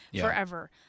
forever